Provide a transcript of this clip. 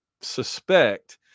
suspect